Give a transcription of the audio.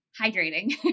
hydrating